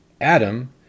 Adam